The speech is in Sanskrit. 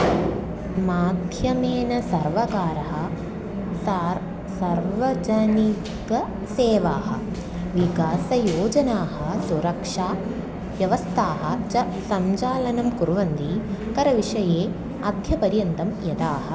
माध्यमेन सर्वकारः सर्वं सार्वजनिकसेवाः विकासयोजनाः सुरक्षा व्यवस्थाः च सञ्चालनं कुर्वन्ति करविषये अद्यपर्यन्तं यदा